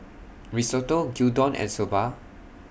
Risotto Gyudon and Soba